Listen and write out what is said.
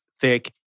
thick